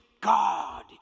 God